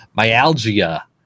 myalgia